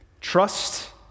Trust